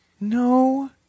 No